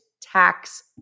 tax